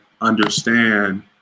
understand